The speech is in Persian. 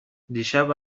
دیشب